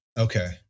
Okay